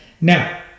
now